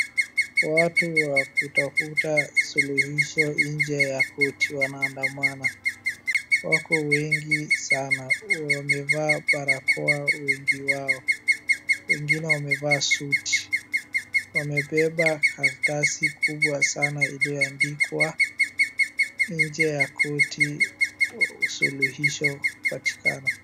Watu wa kutafuta suluhisho nje ya korti wanaandamana. Wako wengi sana wamevaa barakoa wengi wao wengine wamevaa suti wamebeba karatsi kubwa sana iliyoandikwa nje ya korti suluhisho patikana.